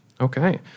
Okay